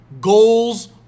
Goals